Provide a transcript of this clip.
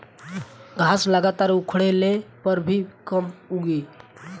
घास लगातार उखड़ले पर भी कम उगी